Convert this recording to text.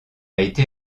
été